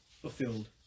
fulfilled